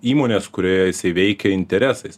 įmonės kurioje jisai veikia interesais